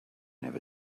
never